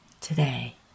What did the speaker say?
today